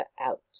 out